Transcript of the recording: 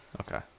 Okay